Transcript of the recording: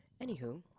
Anywho